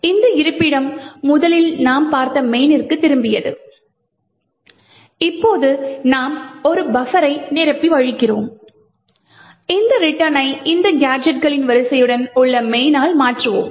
இந்த இருப்பிடம் முதலில் நாம் பார்த்த main னிற்கு திரும்பியது இப்போது நாம் ஒரு பஃபரை நிரப்பி வழிகிறோம் இந்த return னை இந்த கேஜெட்களின் வரிசையுடன் உள்ள main னால் மாற்றுவோம்